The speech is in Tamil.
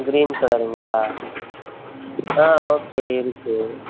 க்ரீன் கலருங்களா ஆ ஓகே இருக்குது